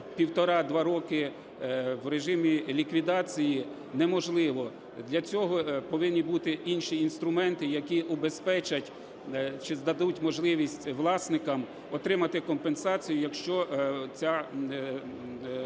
1,5-2 роки в режимі ліквідації, неможливе. Для цього повинні бути інші інструменти, які убезпечать чи дадуть можливість власникам отримати компенсацію, якщо такі втрати